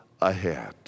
ahead